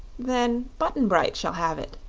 then button-bright shall have it.